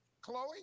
Chloe